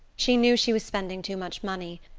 she knew she was spending too much money,